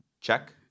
Check